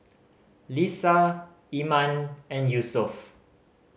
Lisa Iman and Yusuf